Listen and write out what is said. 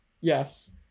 Yes